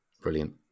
Brilliant